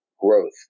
growth